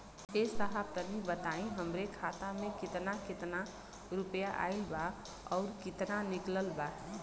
ए साहब तनि बताई हमरे खाता मे कितना केतना रुपया आईल बा अउर कितना निकलल बा?